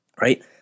right